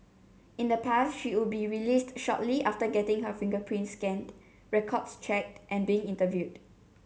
in the past she would be released shortly after getting her fingerprints scanned records checked and being interviewed